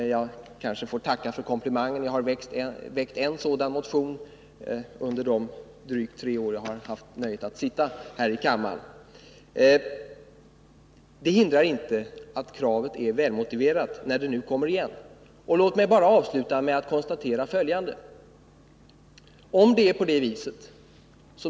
Jag kanske får tacka för komplimangen — jag har väckt en sådan motion under de drygt tre år jag har haft nöjet att sitta här i kammaren. Det hindrar inte att kravet är välmotiverat när det nu kommer igen. Låt mig avsluta med att konstatera följande.